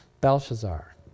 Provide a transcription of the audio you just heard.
Belshazzar